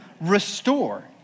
restore